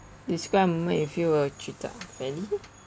describe a moment you feel you were treated unfairly